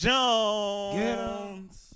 Jones